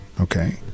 Okay